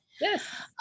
Yes